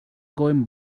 going